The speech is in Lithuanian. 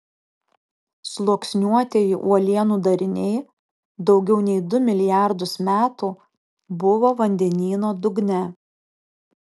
sluoksniuotieji uolienų dariniai daugiau nei du milijardus metų buvo vandenyno dugne